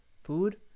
food